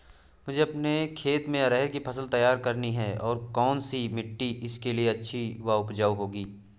मुझे अपने खेत में अरहर की फसल तैयार करनी है और कौन सी मिट्टी इसके लिए अच्छी व उपजाऊ होगी?